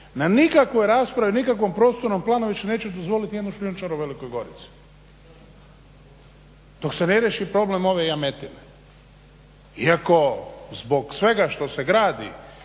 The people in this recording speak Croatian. na nikakvoj raspravi, nikakvom prostornom planu više neće dozvoliti ni jednu šljunčaru u Velikoj Gorici dok se ne riješi problem ove jametine. Iako, zbog svega što se gradi